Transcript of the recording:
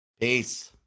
Peace